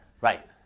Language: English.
Right